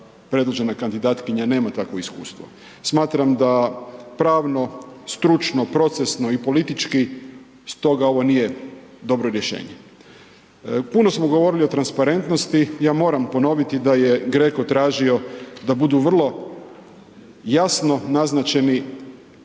predložena kandidatkinja nema takvo iskustvo. Smatram da pravno, stručno, procesno i politički stoga ovo nije dobro rješenje. Puno smo govorili o transparentnosti, ja moram ponoviti da je GRECO tražio da budu vrlo jasno naznačeni